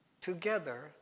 together